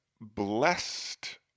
blessed